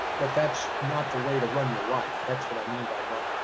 but that's not the way to run your life. that's what i mean by not,